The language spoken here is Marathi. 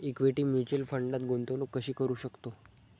इक्विटी म्युच्युअल फंडात गुंतवणूक कशी करू शकतो?